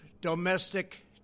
domestic